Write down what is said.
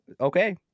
okay